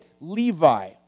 Levi